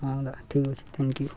ହଁ ହେଲା ଠିକ୍ ଅଛି ଥଙ୍କ୍ ୟୁ